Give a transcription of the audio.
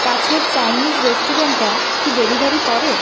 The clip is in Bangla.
কাছের চাইনিজ রেসুরেন্টটা কি ডেলিভারি করে